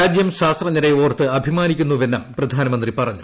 രാജ്യം ശാസ്ത്രജ്ഞരെ ഓർത്ത് അഭിമാനിക്കുന്നുവെന്നും പ്രധാനമന്ത്രി പറഞ്ഞു